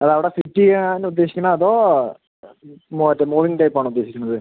അത് അവിടെ ഫിറ്റ് ചെയ്യാനാണോ ഉദ്ദേശിക്കുന്നത് ആ അതോ മറ്റെ മൂവിംഗ് ടൈപ്പ് ആണോ ഉദ്ദേശിക്കുന്നത്